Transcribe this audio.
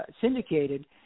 Syndicated